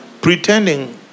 pretending